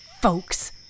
folks